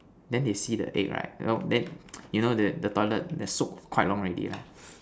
then they see the egg right you know then you know the the toilet that soaks quite long already right